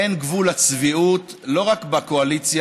אין גבול לצביעות לא רק בקואליציה,